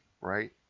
right